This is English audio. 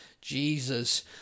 Jesus